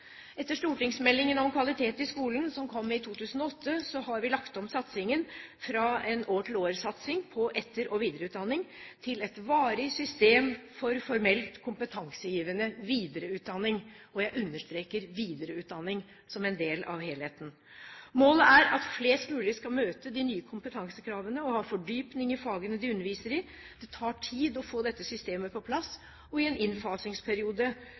Etter stortingsmeldingen om kvalitet i skolen, som kom i 2008, har vi lagt om satsingen fra en år-til-år-satsing på etter- og videreutdanning til et varig system for formelt kompetansegivende videreutdanning – og jeg understreker videreutdanning – som en del av helheten. Målet er at flest mulig skal møte de nye kompetansekravene og ha fordypning i fagene de underviser i. Det tar tid å få dette systemet på plass, og i en innfasingsperiode